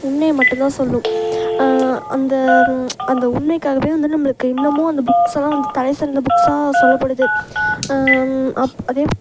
உண்மையை மட்டும் தான் சொல்லும் அந்த அந்த உண்மைக்காகவே வந்து நம்மளுக்கு இன்னமும் அந்த புக்ஸெல்லாம் வந்து தலைசிறந்த புக்ஸாக சொல்லப்படுது அத் அதே